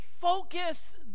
focus